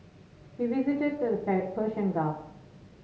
we visited the Persian Gulf